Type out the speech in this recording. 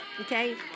Okay